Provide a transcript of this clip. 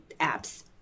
apps